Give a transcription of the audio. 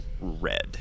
red